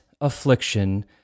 affliction